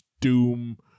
doom